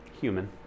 Human